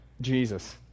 Jesus